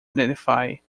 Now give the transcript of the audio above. identify